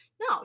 No